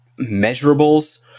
measurables